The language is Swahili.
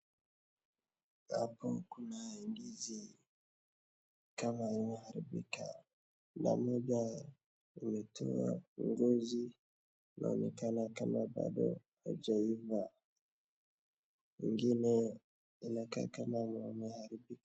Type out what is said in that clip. Hapo kuna ndizi kama imeharibika ,na moja imetoa ngozi linaonekana kama bado haijaiva, ingine linakaa kama limeharibika.